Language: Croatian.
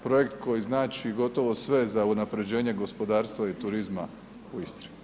Projekt koji znači gotovo sve za unapređenje gospodarstva i turizma u Istri.